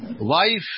life